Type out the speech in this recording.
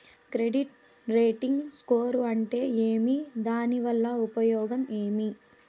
Credit rating score అంటే ఏమి దాని వల్ల ఉపయోగం ఏమి?